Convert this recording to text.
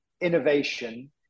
innovation